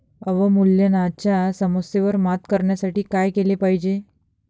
अवमूल्यनाच्या समस्येवर मात करण्यासाठी काय केले पाहिजे?